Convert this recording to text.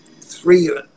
three